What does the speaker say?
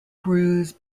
brews